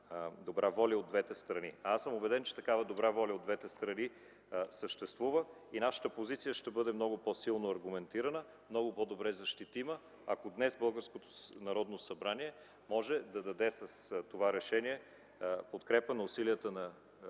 добра воля и от двете страни. Аз съм убеден, че такава добра воля от двете страни съществува и нашата позиция ще бъде много по-силно аргументирана, много по-добре защитима, ако днес българското Народно събрание може да даде, с това решение, подкрепа на усилията,